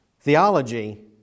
theology